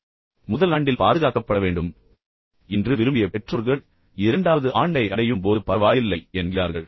இப்போது முதல் ஆண்டில் தாங்கள் பாதுகாக்கப்பட வேண்டும் என்று விரும்பிய அதே பெற்றோர்கள் அவர்கள் இரண்டாவது ஆண்டை அடையும் போது பரவாயில்லை என்று கூறுகிறார்கள்